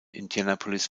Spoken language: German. indianapolis